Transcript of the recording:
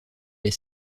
les